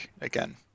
again